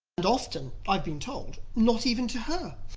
and often, i've been told, not even to her.